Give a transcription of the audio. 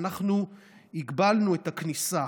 אנחנו הגבלנו את הכניסה